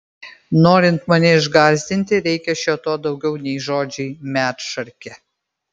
norint mane išgąsdinti reikia šio to daugiau nei žodžiai medšarke